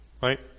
Right